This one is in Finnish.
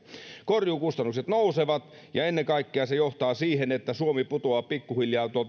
korjuukustannukset nousevat ja ennen kaikkea se johtaa siihen että suomi putoaa pikkuhiljaa